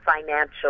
financial